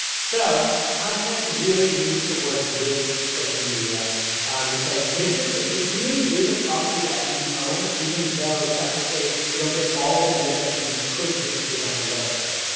so, content really needs to work with social media because it exists there. it really is a property that you own even though technically you don't get all the data you could get if it was on your website.